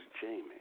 Jamie